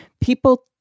people